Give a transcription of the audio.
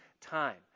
time